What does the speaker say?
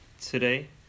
today